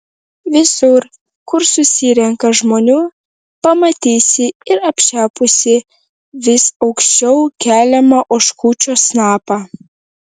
visur kur susirenka žmonių pamatysi ir apšepusį vis aukščiau keliamą oškučio snapą